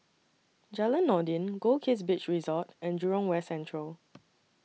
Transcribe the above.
Jalan Noordin Goldkist Beach Resort and Jurong West Central